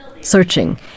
searching